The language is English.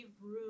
room